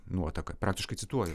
nuotaką praktiškai cituoju